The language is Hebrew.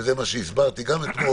וזה מה שהסברתי גם אתמול.